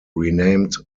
renamed